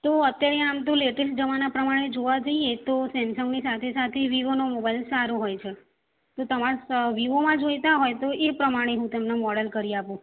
તો અત્યારે આમ તો લેટેસ્ટ જમાના પ્રમાણે જોવા જઈએ તો સેમસંગની સાથે સાથે વિવોનો મોબાઇલ સારો હોય છે જો તમારે સ વિવોમાં જોઈતા હોય તો એ પ્રમાણે હું તમને મોડેલ કરી આપું